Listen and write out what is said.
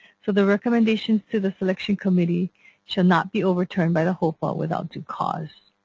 so the recommendations to the selection committee shall not be overturned by the hopa without due cause.